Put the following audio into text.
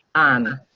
um,